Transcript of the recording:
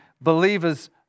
believers